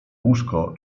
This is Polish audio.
łóżko